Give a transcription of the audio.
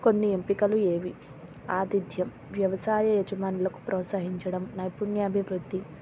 కొన్ని ఎంపికలు ఏవి ఆతిధ్యం వ్యవసాయ యజమానులకు ప్రోత్సహించడం నైపుణ్యా అభివృద్ధి